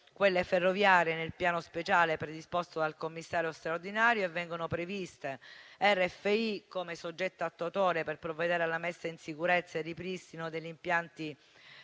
quelle ferroviarie nel piano speciale predisposto dal commissario straordinario e vengono previsti RFI, come soggetto attuatore per provvedere alla messa in sicurezza e ripristino degli impianti ferroviari